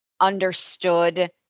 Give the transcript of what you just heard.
understood